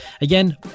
Again